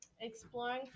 Exploring